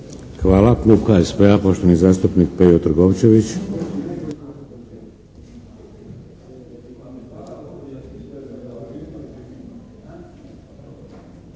Hvala. Klub HSP-a poštovani zastupnik Pero Kovačević.